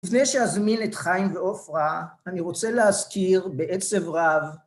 ‫לפני שאזמין את חיים ואופרה, ‫אני רוצה להזכיר בעצב רב...